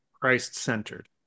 Christ-centered